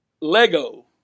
lego